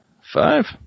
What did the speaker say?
five